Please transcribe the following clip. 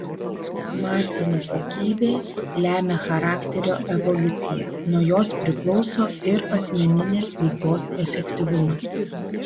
mąstymo kokybė lemia charakterio evoliuciją nuo jos priklauso ir asmeninės veiklos efektyvumas